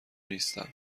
نیستم